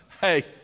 hey